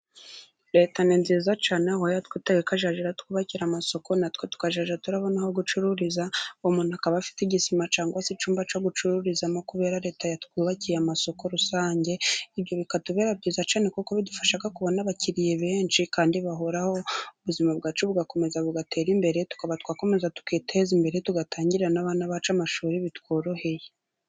Leta ni nziza cyane aho yatwitangiye ikazajya iratwubakira amasoko natwe tukazajya turabona aho gucururiza, umuntu akaba afite igisima cyangwa se icyumba cyo gucururizamo kubera leta ya twubakiye amasoko rusange, ibyo bikatubera byiza cyane kuko bidufasha kubona abakiriya benshi kandi bahoraho. Ubuzima bwacu bugakomeza bugatera imbere, tuka twakomeza tukiteza imbere tugatangira n'abana bacu amashuri bitworoheye.